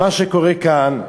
מה שקורה כאן,